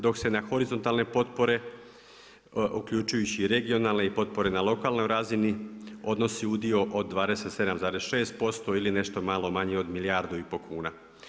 Dok se na horizontalne potpore uključujući regionalne i potpore na lokalnoj razini odnosi udio od 27,6% ili nešto malo manje od milijardu i pol kuna.